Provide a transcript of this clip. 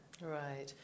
Right